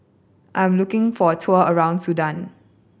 I'm looking for a tour around Sudan